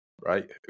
right